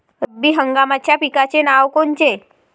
रब्बी हंगामाच्या पिकाचे नावं कोनचे?